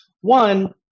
one